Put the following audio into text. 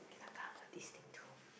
can I cover this thing too